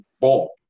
ball